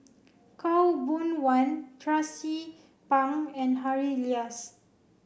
Khaw Boon Wan Tracie Pang and Harry Elias